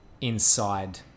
inside